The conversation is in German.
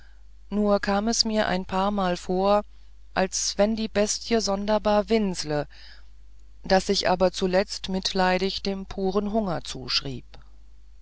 nur kam es mir ein paarmal vor als wenn die bestie sonderbar winsle das ich aber zuletzt mitleidig dem puren hunger zuschrieb